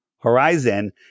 horizon